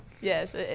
Yes